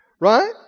Right